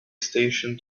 station